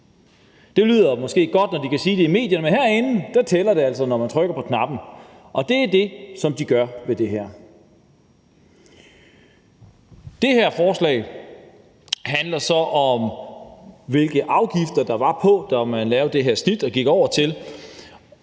Det lyder måske godt, når de siger det i medierne, men herinde tæller det altså, når man trykker på knappen – og det er det, som de gør med det her. Det her forslag handler så om, hvilke afgifter der var på, da man lavede det her snit. Og der må